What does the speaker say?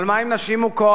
אבל מה עם נשים מוכות?